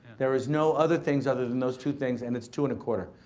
there is no other things other than those two things and it's two and a quarter.